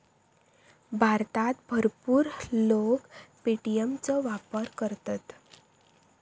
भारतात भरपूर लोक पे.टी.एम चो वापर करतत